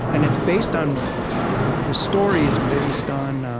and it's based on the story is based on,